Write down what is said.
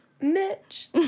Mitch